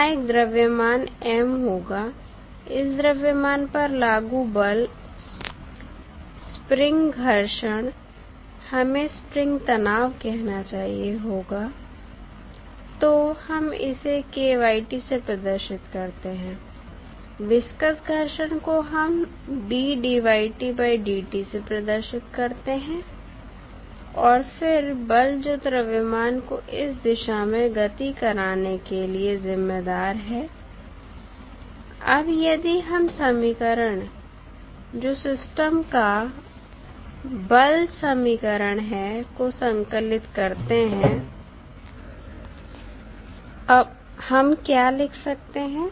यहां एक द्रव्यमान M होगा इस द्रव्यमान पर लागू बल स्प्रिंग घर्षण हमें स्प्रिंग तनाव कहना चाहिए होगा तो हम इसे से प्रदर्शित करते हैं विसकस घर्षण को हम से प्रदर्शित करते हैं और फिर बल जो द्रव्यमान को इस दिशा में गति कराने के लिए जिम्मेदार है अब यदि हम समीकरण जो सिस्टम का बल समीकरण है को संकलित करते हैं हम क्या लिख सकते हैं